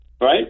Right